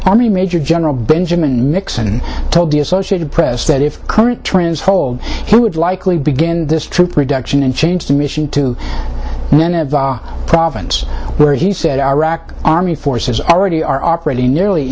army major general benjamin mixon told the associated press that if current trends hold he would likely begin this troop reduction and change the mission to the province where he said iraq army forces already are operating nearly